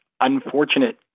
unfortunate